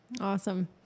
Awesome